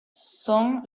son